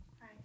Hi